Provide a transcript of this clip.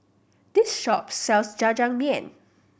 this shop sells Jajangmyeon